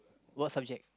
what subject